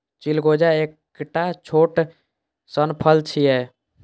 चिलगोजा एकटा छोट सन फल छियै